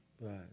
Right